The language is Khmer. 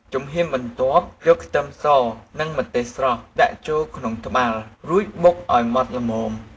ជំហានបន្ទាប់ យកខ្ទឹមសនិងម្ទេសស្រស់ ដាក់ចូលក្នុងត្បាល់ រួចបុកឱ្យម៉ដ្ឋល្មម។